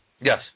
Yes